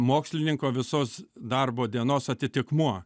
mokslininko visos darbo dienos atitikmuo